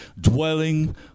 dwelling